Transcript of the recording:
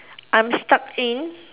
I'm stuck in